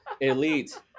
elite